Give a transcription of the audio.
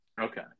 Okay